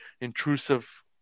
intrusive